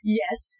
yes